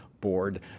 Board